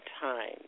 time